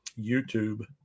YouTube